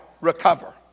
recover